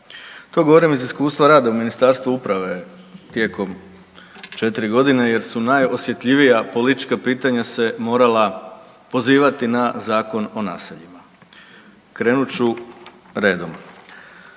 To govorim iz iskustva rada u Ministarstvu uprave tijekom 4 godine jer su najosjetljivija politička pitanja se morala pozivati na Zakon o naseljima. Krenut ću redom.